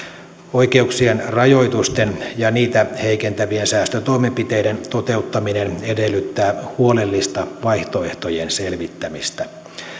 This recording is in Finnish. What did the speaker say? oikeuksien rajoitusten ja niitä heikentävien säästötoimenpiteiden toteuttaminen edellyttää huolellista vaihtoehtojen selvittämistä